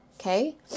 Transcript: Okay